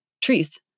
trees